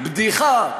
בדיחה.